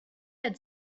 had